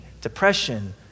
depression